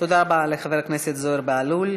תודה רבה לחבר הכנסת זוהיר בהלול.